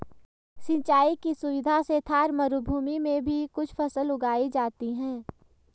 सिंचाई की सुविधा से थार मरूभूमि में भी कुछ फसल उगाई जाती हैं